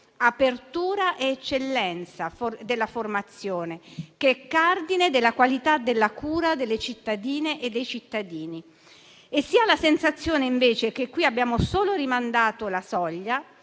apertura ed eccellenza della formazione, che è cardine della qualità della cura delle cittadine e dei cittadini. Si ha la sensazione invece che qui abbiamo solo rimandato la soglia,